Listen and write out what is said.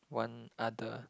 one other